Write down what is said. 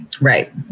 right